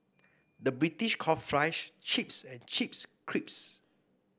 the British calls fries chips and chips crisps